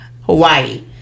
Hawaii